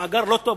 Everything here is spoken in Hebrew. מאגר זה לא טוב,